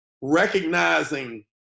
recognizing